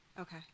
Okay